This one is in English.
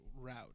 route